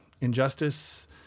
injustice